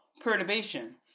perturbation